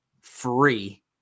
free